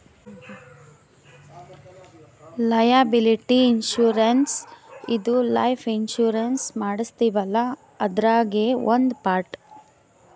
liability insurance ಇದು life insurance ಮಾಡಸ್ತೀವಲ್ಲ ಅದ್ರಾಗೇ ಒಂದ್ ಪಾರ್ಟ್